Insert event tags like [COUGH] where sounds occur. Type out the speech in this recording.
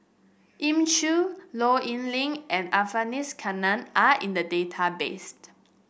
Elim Chew Low Yen Ling and [UNINTELLIGIBLE] are in the database [UNINTELLIGIBLE]